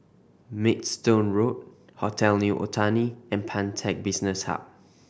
Maidstone Road Hotel New Otani and Pantech Business Hub